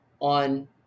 on